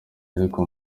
ariko